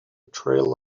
trail